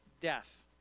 death